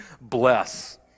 Bless